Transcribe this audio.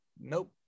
Nope